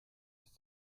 ist